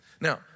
Now